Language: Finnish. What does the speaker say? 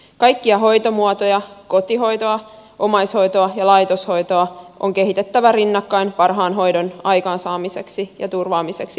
kaikkia hoitomuotoja kotihoitoa omaishoitoa ja laitoshoitoa on kehitettävä rinnakkain parhaan hoidon aikaansaamiseksi ja turvaamiseksi